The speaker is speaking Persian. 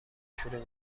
شروع